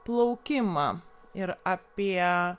plaukimą ir apie